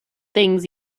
things